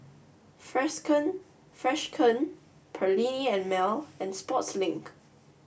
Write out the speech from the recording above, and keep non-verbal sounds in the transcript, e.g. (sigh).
(unintelligible) Freshkon Perllini and Mel and Sportslink